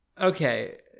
Okay